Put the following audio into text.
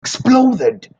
exploded